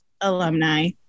alumni